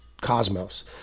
cosmos